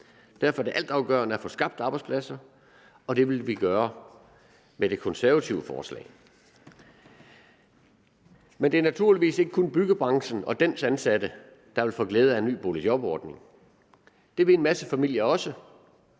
Derfor er det altafgørende at få skabt arbejdspladser, og det ville vi gøre med det konservative forslag. Kl. 16:08 Men det er naturligvis ikke kun byggebranchen og dens ansatte, der vil få glæde af en ny boligjobordning. Det vil en masse familier også,